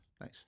Nice